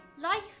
life